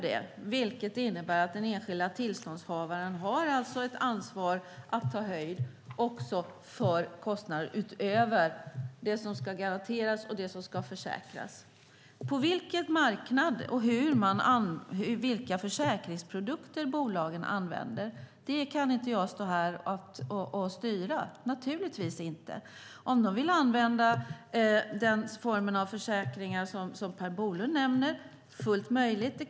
Det innebär att den enskilda tillståndshavaren har ansvar för kostnader utöver det som ska garanteras och det som ska försäkras. Vilken marknad och vilka försäkringsprodukter bolagen använder kan jag inte styra över - naturligtvis inte. Om de vill använda den formen av försäkringar som Per Bolund nämner är det fullt möjligt.